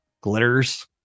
glitters